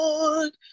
Lord